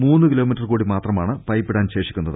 മൂന്ന് കിലോമീറ്റർ കൂടി മാത്രമാണ് പ്പൈപ്പ് ഇടാൻ ശേഷിക്കുന്നത്